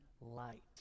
light